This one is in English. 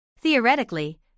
Theoretically